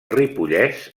ripollès